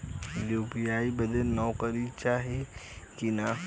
UPI बदे नौकरी चाही की ना?